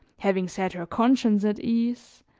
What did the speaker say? having set her conscience at ease,